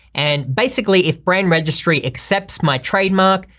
and basically if brand registry accepts my trademark,